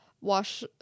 wash